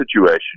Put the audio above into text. situation